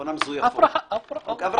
מזויפות.